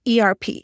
ERP